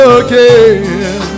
again